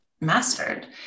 mastered